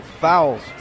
fouls